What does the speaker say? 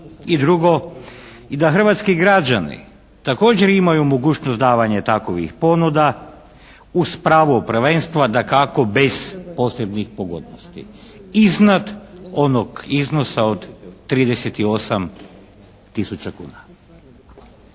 i drugo i da hrvatski građani također imaju mogućnost davanja takovih ponuda uz pravo prvenstva dakako bez posebnih pogodnosti iznad onog iznosa od 38 tisuća kuna.